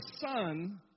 Son